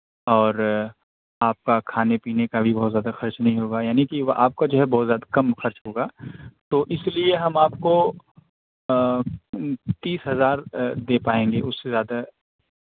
اور آپ کا کھانے پینے کا بھی بہت زیادہ خرچ نہیں ہوگا یعنی کہ آپ کا جو ہے بہت زیادہ کم خرچ ہوگا تو اس لیے ہم آپ کو تیس ہزار دے پائیں گے اس سے زیادہ